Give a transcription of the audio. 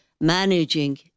managing